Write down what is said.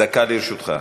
דקה לרשותך.